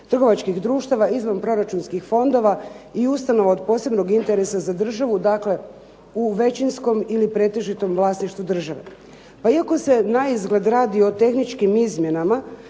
trgovačkih društava izvanproračunskih fondova i ustanova od posebnog interesa za državu, dakle u većinskom ili pretežitom vlasništvu države. Pa iako se na izgled radi o tehničkim izmjenama,